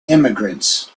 immigrants